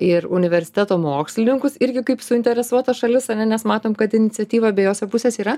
ir universiteto mokslininkus irgi kaip suinteresuotas šalis ar ne nes matom kad iniciatyva abejose pusėse yra